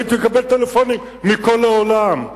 הייתי מקבל טלפונים מכל העולם.